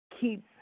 Keep